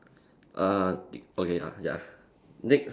err tick okay ah ya next